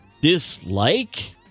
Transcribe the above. Dislike